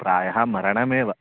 प्रायः मरणमेव